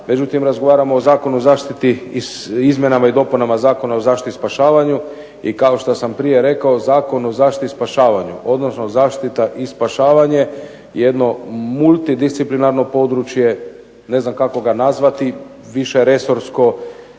međutim razgovaramo o Zakonu o zaštiti i izmjenama i dopunama Zakona o zaštiti i spašavanju i kao što sam prije rekao Zakon o zaštiti i spašavanju, odnosno zaštita i spašavanje je jedno multidisciplinarno područje, ne znam kako ga nazvati, višeresorsko,